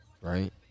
right